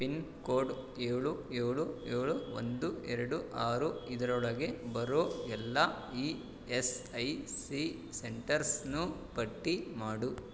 pin code ಏಳು ಏಳು ಏಳು ಒಂದು ಎರಡು ಆರು ಇದರೊಳಗೆ ಬರೋ ಎಲ್ಲ ಇ ಎಸ್ ಐ ಸಿ ಸೆಂಟರ್ಸನ್ನೂ ಪಟ್ಟಿ ಮಾಡು